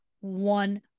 one